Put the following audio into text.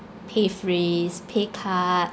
pay raise pay cut